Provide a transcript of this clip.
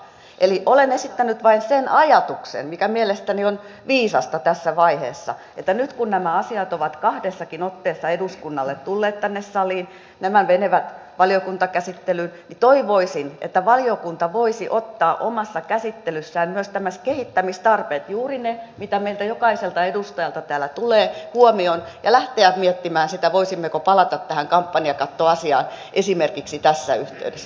eli olen esittänyt vain sen ajatuksen mikä mielestäni on viisasta tässä vaiheessa että nyt kun nämä asiat ovat kahdessakin otteessa eduskunnalle tulleet tänne saliin ja nämä menevät valiokuntakäsittelyyn niin toivoisin että valiokunta voisi ottaa omassa käsittelyssään myös nämä kehittämistarpeet juuri ne mitä meiltä jokaiselta edustajalta täällä tulee huomioon ja lähteä miettimään sitä voisimmeko palata tähän kampanjakattoasiaan esimerkiksi tässä yhteydessä